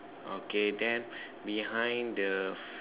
okay then behind the